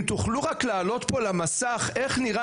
אם תוכלו רק להעלות פה על המסך איך נראה